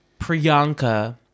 Priyanka